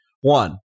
One